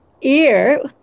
ear